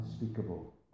unspeakable